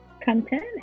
Content